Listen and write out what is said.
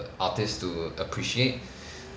artist to appreciate